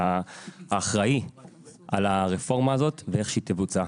האחראי על הרפורמה הזאת ואיך היא תבוצע.